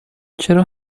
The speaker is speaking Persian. چرا